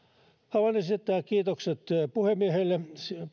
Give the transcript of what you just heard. haluan esittää kiitokset puhemiehelle